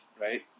right